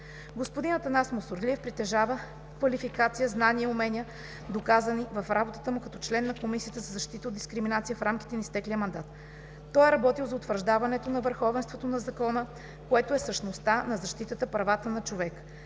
Шопов. Атанас Мусорлиев притежава квалификация, знания и умения, доказани в работата му като член на Комисията за защита от дискриминация в рамките на изтеклия мандат. Той е работил за утвърждаването на върховенството на закона, което е същността на защитата правата на човека.